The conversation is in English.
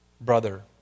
brother